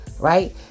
Right